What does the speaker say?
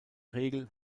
regel